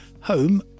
home